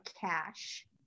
cash